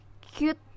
cute